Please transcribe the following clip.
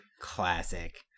Classic